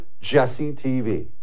JesseTV